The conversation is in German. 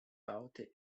baute